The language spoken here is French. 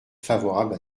favorable